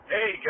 Hey